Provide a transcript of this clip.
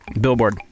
Billboard